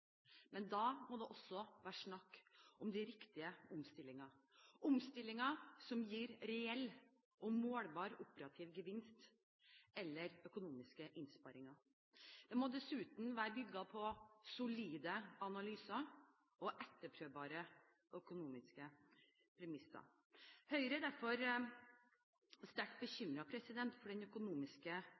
men da må det også være snakk om de riktige omstillingene – omstillinger som gir reell og målbar operativ gevinst eller økonomiske innsparinger. De må dessuten være bygget på solide analyser og etterprøvbare økonomiske premisser. Høyre er derfor sterkt bekymret for den økonomiske